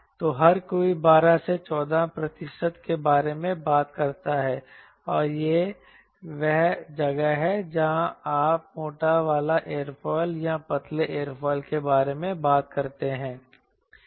तो हर कोई 12 से 14 प्रतिशत के बारे में बात करता है और यह वह जगह है जहां आप मोटा वाले एयरोफिल या पतले एयरोफिल के बारे में बात करते हैं